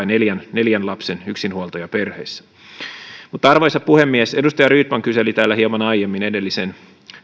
neljän neljän lapsen yksinhuoltajaperheissä arvoisa puhemies edustaja rydman kyseli täällä hieman aiemmin edellisen